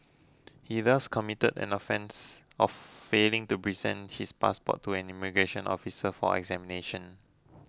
he thus committed an offence of failing to present his passport to an immigration officer for examination